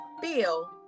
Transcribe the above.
feel